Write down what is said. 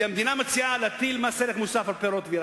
המדינה מציעה להטיל מס ערך מוסף על פירות וירקות.